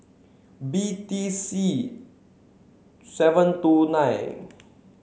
B T C seven two nine